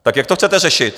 Tak jak to chcete řešit?